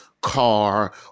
car